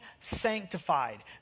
sanctified